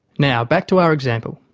now back to our example.